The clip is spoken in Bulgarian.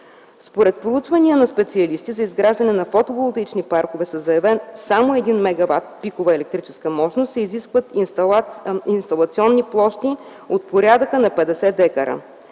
Според проучвания на специалисти за изграждане на фотоволтаични паркове със заявен само 1 мгвт пикова електрическа мощност се изискват инсталационни площи от порядъка на 50 дка,